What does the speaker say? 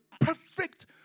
perfect